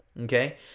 okay